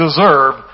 deserve